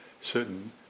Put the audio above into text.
certain